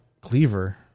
Cleaver